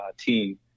team